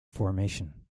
formation